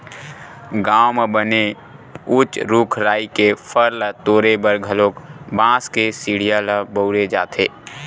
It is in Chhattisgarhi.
गाँव म बने उच्च रूख राई के फर ल तोरे बर घलोक बांस के सिड़िया ल बउरे जाथे